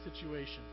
situation